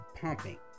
pumping